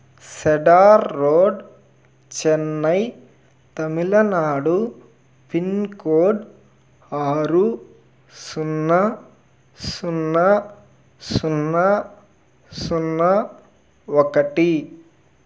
cedar road Chennai Tamil Nadu pin code ఆరు సున్నా సున్నా సున్నా సున్నా ఒకటి